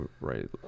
right